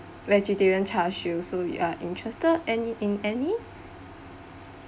vegetarian char siew so uh interested any in any